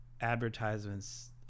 advertisements